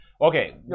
okay